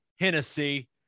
Hennessy